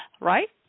right